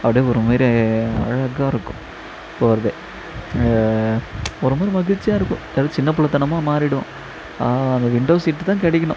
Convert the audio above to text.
அப்டி ஒரு மாரி அழகாக இருக்கும் போகிறதே ஒரு மாதிரி மகிழ்ச்சியா இருக்கும் அது சின்னபுள்ளத்தனமா மாறிடுவோம் அந்த விண்டோ சீட்டு தான் கிடைக்கணும்